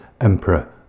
Emperor